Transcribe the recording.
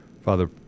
Father